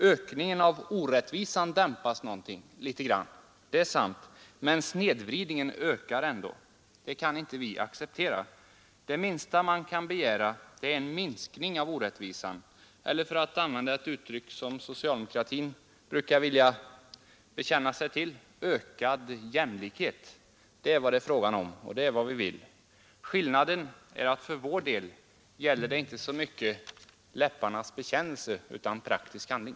Ökningen av orättvisan dämpas litet grand, det är sant, men snedvridningen ökar ändå, och det kan inte vi acceptera. Det minsta man kan begära är en minskning av orättvisan eller — för att använda den målsättning som socialdemokratin brukar vilja bekänna sig till — ökad jämlikhet. Det är vad det är fråga om, och det är vad vi vill. Skillnaden är att för vår del gäller det inte så mycket läpparnas bekännelse, utan det gäller praktisk handling.